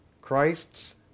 Christ's